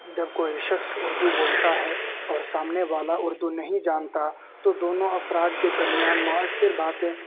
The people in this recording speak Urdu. جب کوئی شخص اردو بولتا ہے اور سامنے والا اردو نہیں جانتا تو دونوں افراد کے درمیان مؤثر باتیں